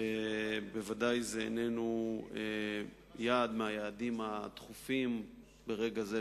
ובוודאי זה איננו יעד מהיעדים הדחופים ברגע זה,